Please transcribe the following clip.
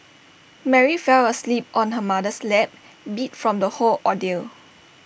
Mary fell asleep on her mother's lap beat from the whole ordeal